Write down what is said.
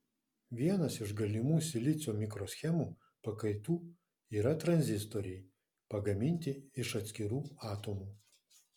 vienas iš galimų silicio mikroschemų pakaitų yra tranzistoriai pagaminti iš atskirų atomų